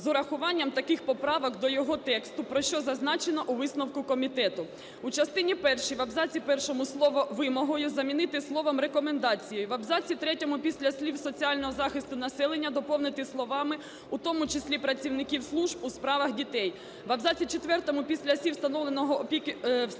з урахуванням таких поправок до його тексту, про що зазначено у висновку комітету. У частині першій в абзаці першому слово "вимогою" замінити словом "рекомендацією". В абзаці третьому після слів "соціального захисту населення" доповнити словами "у тому числі працівників служб у справах дітей". В абзаці четвертому після слів "встановлено опіку чи піклування"